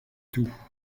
tout